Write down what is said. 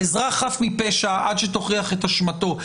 כי האזרח חף מפשע עד שתוכיח את אשמתו.